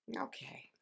Okay